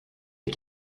les